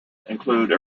include